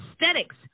aesthetics